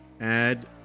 add